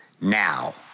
now